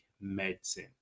medicine